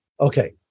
Okay